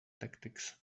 tactics